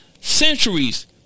Centuries